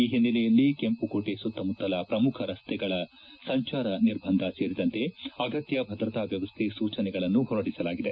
ಈ ಹಿನ್ನೆಲೆಯಲ್ಲಿ ಕೆಂಮಕೋಟೆ ಸುತ್ತಮುತ್ತಲ ಪ್ರಮುಖ ರೆಸ್ತೆಗಳಲ್ಲಿ ಸಂಚಾರ ನಿರ್ಬಂಧ ಸೇರಿದಂತೆ ಅಗತ್ತ ಭದ್ರತಾ ವ್ಲವಸ್ಟೆ ಸೂಚನೆಗಳನ್ನು ಹೊರಡಿಸಲಾಗಿದೆ